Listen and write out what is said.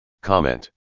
Comment